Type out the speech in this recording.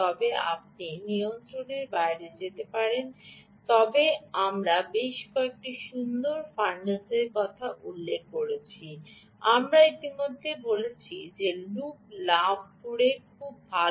তবে আপনি নিয়ন্ত্রণের বাইরে যেতে পারেন তবে আমরা বেশ কয়েকটি সুন্দর ফান্ডাসের কথা উল্লেখ করেছি আমরা ইতিমধ্যে বলেছি যে লুপ লাভ খুব ভাল